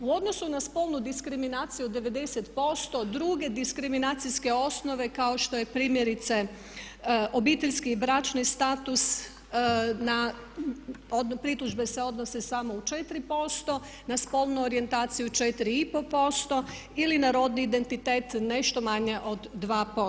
U odnosu na spolnu diskriminaciju 90% druge diskriminacijske osnove kao što je primjerice obiteljski i bračni status, pritužbe se odnose samo u 4%, na spolnu orijentaciju 4,5% ili na rodni identitet nešto manje od 2%